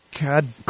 God